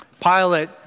Pilate